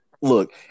look